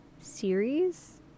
series